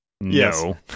No